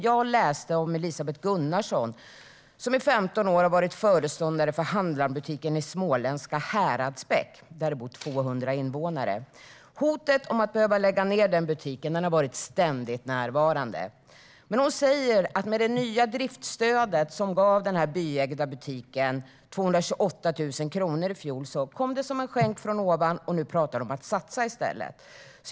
Jag läste om Elisabeth Gunnarsson, som i 15 år har varit föreståndare för Handlarn-butiken i småländska Häradsbäck med 200 invånare. Hotet om att behöva lägga ned butiken har ständigt varit närvarande. Men hon säger att det nya driftsstödet, som gav den byägda butiken 228 000 kronor i fjol, kom som en skänk från ovan, och nu pratar de om att satsa i stället.